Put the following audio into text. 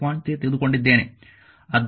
3 ತೆಗೆದುಕೊಂಡಿದ್ದೇನೆ